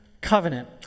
covenant